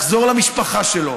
לחזור למשפחה שלו,